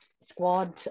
squad